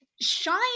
shine